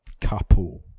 couple